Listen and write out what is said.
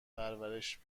پرورش